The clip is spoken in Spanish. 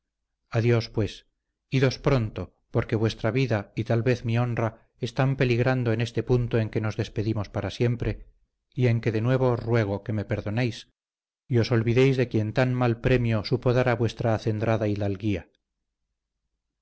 adiós pues idos pronto porque vuestra vida y tal vez mi honra están peligrando en este punto en que nos despedimos para siempre y en que de nuevo os ruego que me perdonéis y os olvidéis de quien tan mal premio supo dar a vuestra acendrada